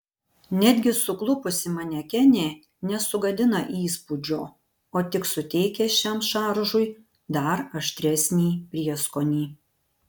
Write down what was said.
netgi suklupusi manekenė nesugadina įspūdžio o tik suteikia šiam šaržui dar aštresnį prieskonį